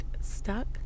Stuck